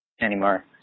anymore